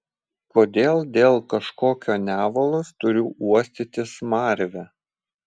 kodėl dėl kažkokio nevalos turiu uostyti smarvę